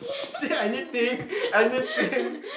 see anything anything